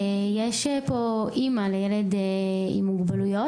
יש פה אימא לילד עם מוגבלויות,